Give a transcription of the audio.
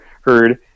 heard